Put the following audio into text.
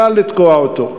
קל לתקוע אותו.